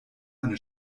eine